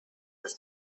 his